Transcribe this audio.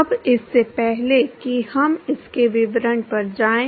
अब इससे पहले कि हम इसके विवरण पर जाएं